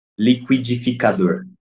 Liquidificador